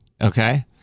okay